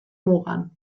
mugan